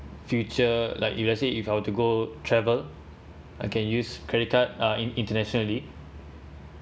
future like if let's say if I were to go travel I can use credit card uh in~ internationally